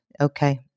Okay